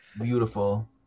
Beautiful